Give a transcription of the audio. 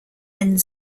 end